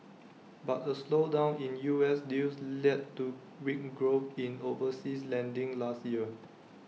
but A slowdown in U S deals led to weak growth in overseas lending last year